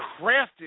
crafted